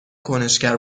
کنشگر